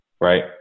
right